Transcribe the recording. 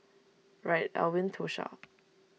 Reid Elwyn Tosha